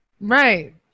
Right